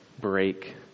break